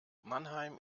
mannheim